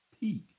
peak